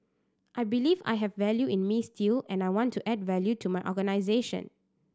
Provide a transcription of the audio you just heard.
I believe I have value in me still and I want to add value to my organisation